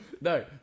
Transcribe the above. No